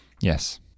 Yes